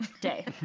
day